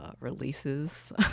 releases